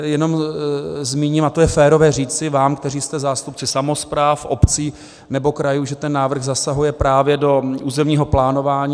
Jenom zmíním, a je to férové říci vám, kteří jste zástupci samospráv obcí nebo krajů, že ten návrh zasahuje právě do územního plánování.